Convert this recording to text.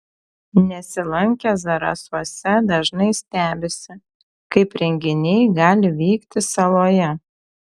nesilankę zarasuose dažnai stebisi kaip renginiai gali vykti saloje